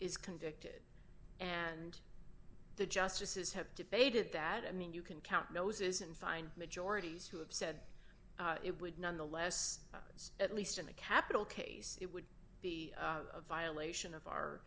is convicted and the justices have debated that i mean you can count noses and fine majorities who have said it would none the less at least in a capital case it would be a violation of our